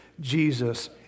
Jesus